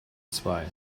zwei